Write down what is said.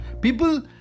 People